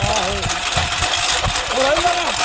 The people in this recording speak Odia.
ହଁ ହଉ ହଉ ରହିଲି ଆଜ୍ଞା